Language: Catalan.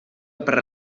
per